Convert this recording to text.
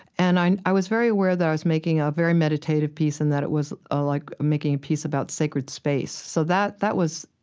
and i i was very aware that i was making a very meditative piece and that it was ah like making a piece about sacred space. so that that was,